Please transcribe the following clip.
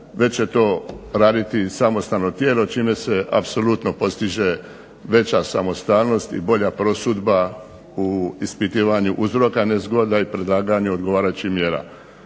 već će to raditi samostalno tijelo čime se apsolutno postiže veća samostalnost i bolja prosudba u ispitivanju uzroka nezgoda i predlaganju odgovarajućih mjera.